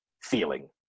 feeling